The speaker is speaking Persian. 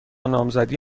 نامزدی